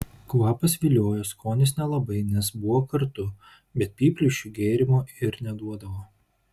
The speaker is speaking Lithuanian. kvapas viliojo skonis nelabai nes buvo kartu bet pypliui šio gėrimo ir neduodavo